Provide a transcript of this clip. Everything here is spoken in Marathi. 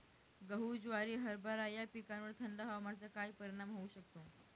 गहू, ज्वारी, हरभरा या पिकांवर थंड हवामानाचा काय परिणाम होऊ शकतो?